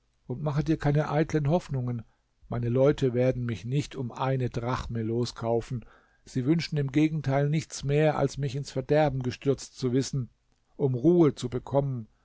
und mache dir keine eitlen hoffnungen meine leute werden mich nicht um eine drachme loskaufen sie wünschen im gegenteil nichts mehr als mich ins verderben gestürzt zu wissen um ruhe zu bekommen